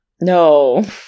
No